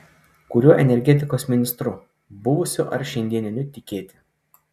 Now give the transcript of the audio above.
kuriuo energetikos ministru buvusiu ar šiandieniniu tikėti